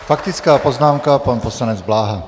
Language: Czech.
Faktická poznámka, pan poslanec Bláha.